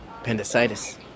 Appendicitis